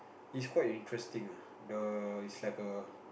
it's quite interesting ah the it's like a